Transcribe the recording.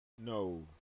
No